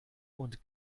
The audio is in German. und